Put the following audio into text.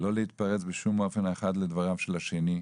לא להתפרץ בשום אופן האחד לדבריו של השני.